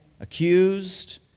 accused